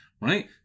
Right